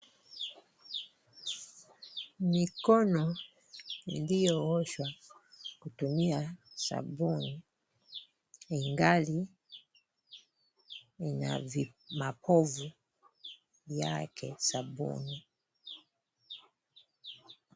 Mikono iliyooshwa kutumia sabuni ingali ina mapovu yake sabuni.